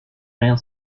rien